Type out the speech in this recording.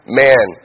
man